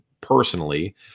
personally